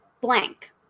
blank